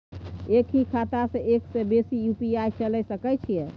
एक ही खाता सं एक से बेसी यु.पी.आई चलय सके छि?